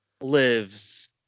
Lives